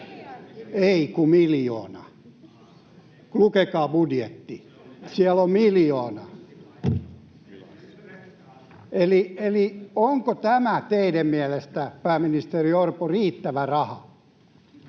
Ei, kun miljoona. Lukekaa budjetti, siellä on miljoona. Onko tämä teidän mielestänne, pääministeri Orpo, riittävä raha?